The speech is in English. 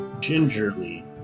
Gingerly